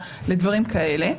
לדברים כאלה,